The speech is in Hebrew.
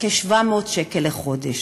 כ-700 שקלים לחודש.